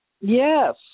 Yes